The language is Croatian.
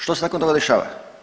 Što se nakon toga dešava?